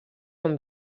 amb